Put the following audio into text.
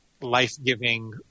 life-giving